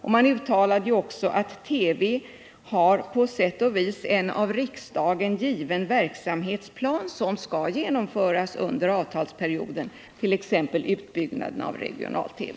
De sade att TV på sätt och vis har en av riksdagen given verksamhetsplan, som skall genomföras under avtalsperioden, t.ex. utbyggnaden av regional-TV.